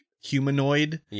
humanoid